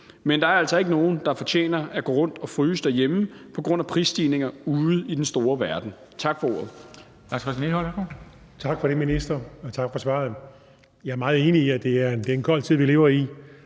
men der er altså ikke nogen, der fortjener at gå rundt og fryse derhjemme på grund af prisstigninger ude i den store verden. Tak for ordet.